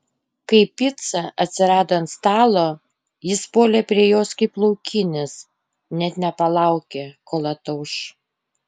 kai pica atsirado ant stalo jis puolė prie jos kaip laukinis net nepalaukė kol atauš